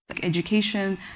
education